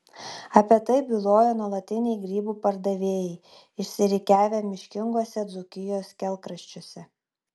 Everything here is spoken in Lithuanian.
apie tai byloja nuolatiniai grybų pardavėjai išsirikiavę miškinguose dzūkijos kelkraščiuose